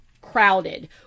crowded